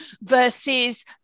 versus